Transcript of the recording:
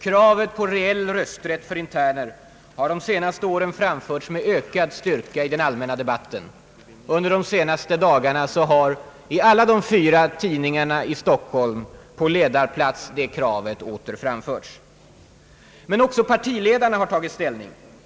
Kravet på reell rösträtt för interner har de senaste åren rests med ökad styrka i den allmänna debatten. Och under de senaste dagarna har kravet åter framförts på ledarplats i alla de fyra tidningarna i Stockholm. Men också partiledarna har tagit ställning.